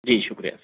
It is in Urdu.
جی شکریہ